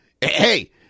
hey